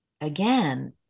again